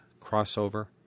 crossover